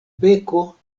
beko